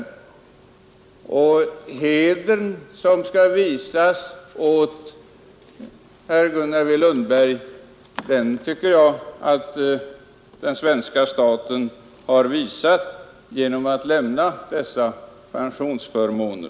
Vad sedan angår den heder som bör visas Gunnar W. Lundberg anser jag att svenska staten har visat genom att lämna dessa pensionsförmåner.